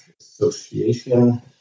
Association